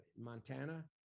Montana